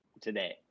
today